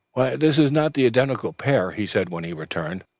this is not the identical pair, he said when he returned.